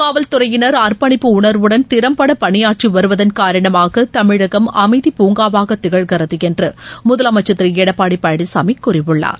காவல்துறையினர் அர்ப்பணிப்பு உணர்வுடன் திறம்பட பணியாற்றி வருவதான் காரணமாக தமிழகம் அமைதிப் பூங்காவாக திகழ்கிறது என்று முதலமைச்சர் திரு எடப்பாடி பழனிசாமி கூழியுள்ளார்